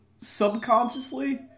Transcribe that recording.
subconsciously